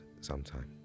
sometime